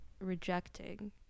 rejecting